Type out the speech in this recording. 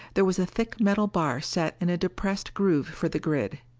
there was a thick metal bar set in a depressed groove for the grid.